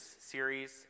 series